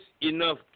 enough